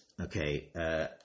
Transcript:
Okay